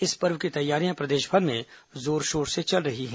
इस पर्व की तैयारियां प्रदेशभर में जोर शोर से चल रही हैं